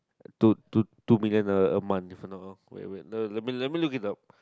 two two two million a a month if I am not wrong wait wait let let me look this up